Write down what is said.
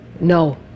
no